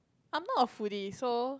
I'm not a foodie so